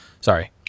sorry